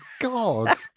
God